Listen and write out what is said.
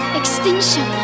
extinction